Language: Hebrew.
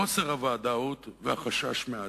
חוסר הוודאות והחשש מהעתיד.